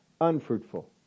unfruitful